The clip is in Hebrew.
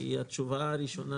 התשובה הראשונה,